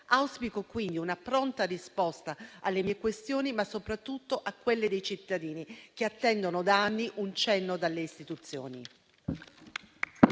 Auspico quindi una pronta risposta alle mie domande, ma soprattutto a quelle dei cittadini, che attendono da anni un cenno dalle istituzioni.